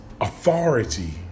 authority